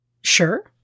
Sure